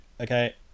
Okay